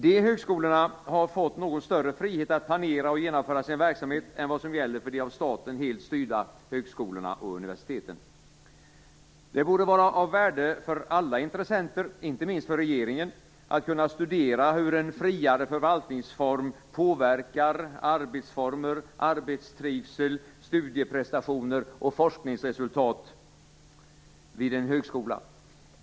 Dessa högskolor har fått en något större frihet att planera och genomföra sin verksamhet än vad som gäller för de av staten helt styrda högskolorna och universiteten. Det borde vara av värde för alla intressenter, inte minst för regeringen, att kunna studera hur en friare förvaltningsform påverkar arbetsformer, arbetstrivsel, studieprestationer och forskningsresultat vid en högskola.